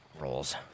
rolls